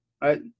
right